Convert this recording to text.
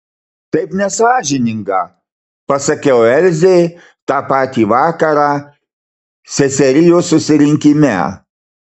taip nesąžininga pasakiau elzei tą patį vakarą seserijos susirinkime